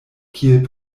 kiel